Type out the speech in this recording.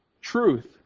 truth